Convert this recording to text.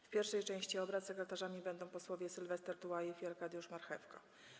W pierwszej części obrad sekretarzami będą posłowie Sylwester Tułajew i Arkadiusz Marchewka.